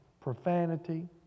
profanity